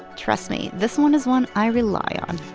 trust me. this one is one i rely on